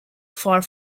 far